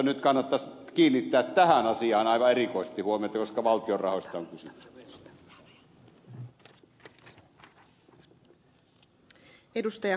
nyt kannattaisi kiinnittää tähän asiaan aivan erikoisesti huomiota koska valtion rahoista on kysymys